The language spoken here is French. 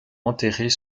enterrer